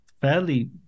fairly